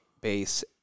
base